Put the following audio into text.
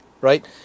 right